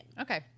okay